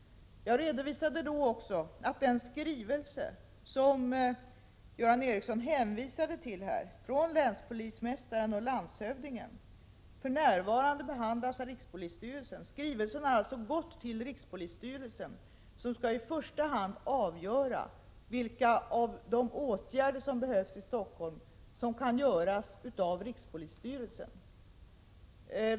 Jag redovisade då också att den skrivelse från länspolismästaren och landshövdingen som Göran Ericsson hänvisade till för närvarande behandlas av rikspolisstyrelsen. Skrivelsen har alltså gått till rikspolisstyrelsen, som i första hand skall avgöra vilka av de åtgärder som behövs i Stockholm som kan vidtas av rikspolisstyrelsen.